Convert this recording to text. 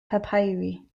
papyri